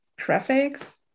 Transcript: graphics